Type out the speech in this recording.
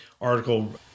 article